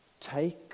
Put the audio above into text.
Take